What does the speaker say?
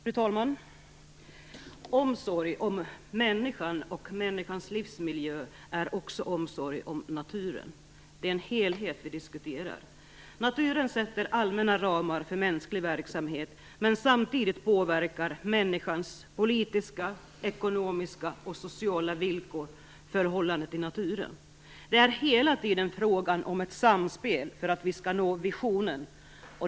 Fru talman! Omsorg om människan och människans livsmiljö är också omsorg om naturen. Det är en helhet vi diskuterar. Naturen sätter allmänna ramar för mänsklig verksamhet. Men samtidigt påverkar människans politiska, ekonomiska och sociala villkor förhållandet i naturen. Det är hela tiden fråga om ett samspel för att vi skall nå visionen.